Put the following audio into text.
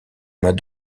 m’as